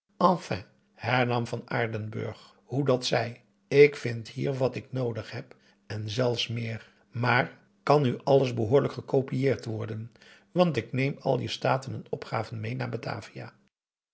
enfin hernam van aardenburg hoe dat zij ik vind hier wat ik noodig heb en zelfs meer maar kan nu alles behoorlijk gecopieerd worden want ik neem al je staten en opgaven meê naar batavia